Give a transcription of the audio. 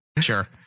Sure